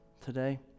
today